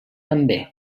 també